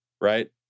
right